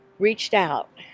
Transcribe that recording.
reached out,